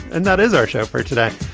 and that is our show for today.